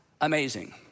amazing